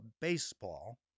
baseball